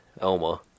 Elma